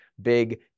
big